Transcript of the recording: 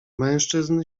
mężczyzn